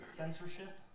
censorship